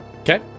Okay